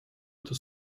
это